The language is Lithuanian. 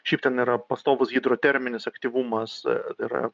šiaip ten yra pastovus hidroterminis aktyvumas yra